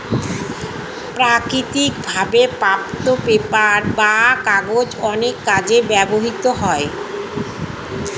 প্রাকৃতিক ভাবে প্রাপ্ত পেপার বা কাগজ অনেক কাজে ব্যবহৃত হয়